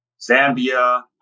Zambia